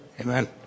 amen